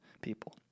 people